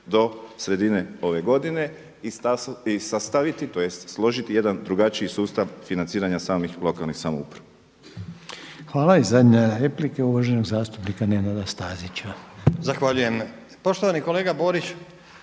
do sredine ove godine i sastaviti, tj. složiti jedan drugačiji sustav financiranja samih lokalnih samouprava. **Reiner, Željko (HDZ)** Hvala. I zadnja replika uvaženog zastupnika Nenada Stazića. **Stazić, Nenad (SDP)** Zahvaljujem. Poštovani kolega Borić,